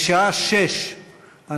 בשעה 18:00,